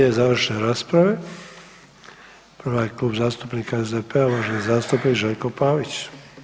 Sljede završne rasprave, prva je Klub zastupnika SDP-a uvaženi zastupnik Željko Pavić.